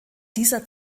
dieser